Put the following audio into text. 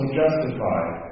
justified